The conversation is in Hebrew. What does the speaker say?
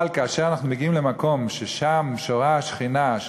אבל כאשר אנחנו מגיעים למקום ששם שורה השכינה,